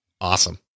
Awesome